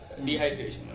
dehydration